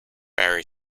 very